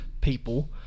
people